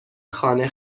خانه